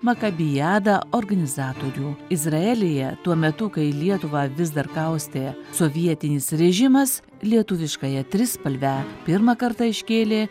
makabijadą organizatorių izraelyje tuo metu kai lietuvą vis dar kaustė sovietinis režimas lietuviškąją trispalvę pirmą kartą iškėlė